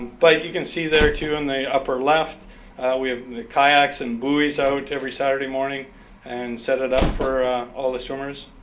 but you can see there too in the upper left we have kayaks and buoys out every saturday morning and set it up for ah the swimmers.